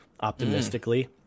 optimistically